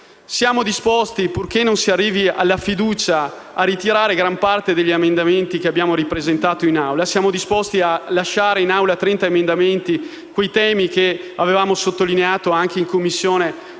Siamo disposti, purché non si arrivi alla fiducia, a ritirare gran parte degli emendamenti che abbiamo ripresentato in Assemblea e a mantenerne solo 30 relativi ai temi che avevamo sottolineato anche in Commissione